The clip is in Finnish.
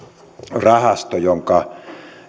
rahasto jonka